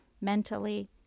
mentally